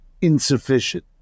insufficient